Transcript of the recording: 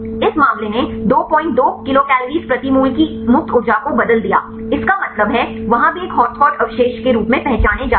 इस मामले ने 22 किलोकल प्रति मोल की मुक्त ऊर्जा को बदल दिया इसका मतलब है वहाँ भी एक हॉटस्पॉट अवशेष के रूप में पहचाने जाते हैं